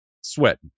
sweating